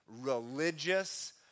religious